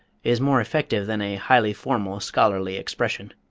is more effective than a highly formal, scholarly expression.